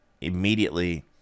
immediately